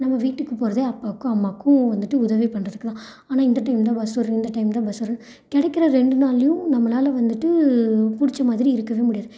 நம்ம வீட்டுக்கு போவதே அப்பாக்கும் அம்மாக்கும் வந்துட்டு உதவி பண்ணுறதுக்குதான் ஆனால் இந்த டைம்தான் பஸ் வரும் இந்த டைம்தான் பஸ் வரும் கிடைக்கிற ரெண்டு நாள்லையும் நம்மளால் வந்துட்டு பிடிச்ச மாதிரி இருக்கவே முடியாது